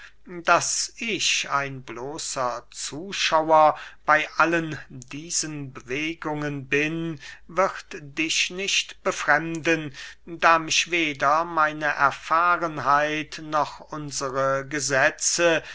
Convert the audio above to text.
daß ich ein bloßer zuschauer bey allen diesen bewegungen bin wird dich nicht befremden da mich weder meine erfahrenheit noch unsre gesetze